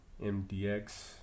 MDX